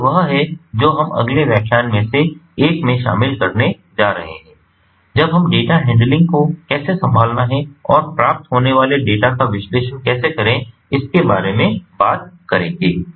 तो यह वह है जो हम अगले व्याख्यान में से एक में शामिल करने जा रहे हैं जब हम डेटा हैंडलिंग को कैसे संभालना है और प्राप्त होने वाले डेटा का विश्लेषण कैसे करें इसके बारे में बात करेंगे